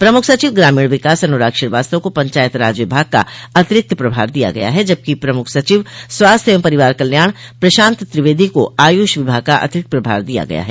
प्रमुख सचिव ग्रामीण विकास अनुराग श्रीवास्तव को पंचायत राज विभाग का अतिरिक्त प्रभार दिया गया है जबकि प्रमुख सचिव स्वास्थ्य एवं परिवार कल्याण प्रशांत त्रिवेदी को आयुष विभाग का अतिरिक्त पभार दिया गया है